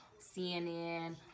CNN